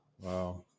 Wow